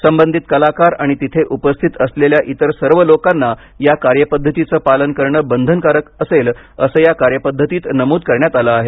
संबधित कलाकार आणि तिथे उपस्थित असलेल्या इतर सर्व लोकांना या कार्यपद्धतीचं पालन करणं बंधनकारक असेल असं या कार्यपद्धतीत नमूद करण्यात आलं आहे